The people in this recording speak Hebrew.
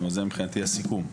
זה מבחינתי הסיכום.